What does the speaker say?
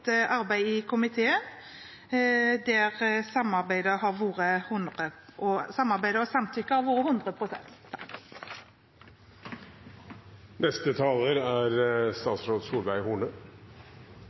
arbeid i komiteen, der samarbeidet og samtykket har vært 100 pst. Også jeg kommer fra Vestlandet, og jeg er